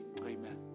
Amen